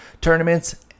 Tournaments